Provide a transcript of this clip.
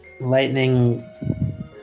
Lightning